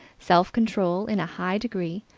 self-control in a high degree,